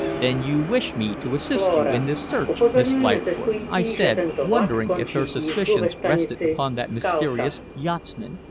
then you wish me to assist you in this search, miss leithcourt? i said, wondering if her suspicions rested upon that mysterious yachtsman,